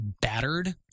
battered